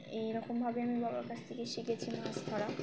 এইরকমভাবে আমি বাবার কাছ থেকে শিখেছি মাছ ধরা